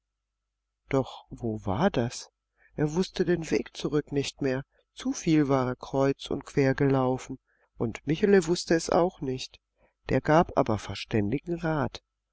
doch wo war das er wußte den weg zurück nicht mehr zuviel war er kreuz und quer gelaufen und michele wußte es auch nicht der gab aber verständigen rat